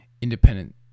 independent